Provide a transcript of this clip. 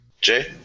Jay